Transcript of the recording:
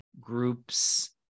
groups